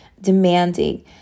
demanding